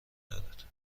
دارد